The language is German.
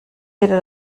jeder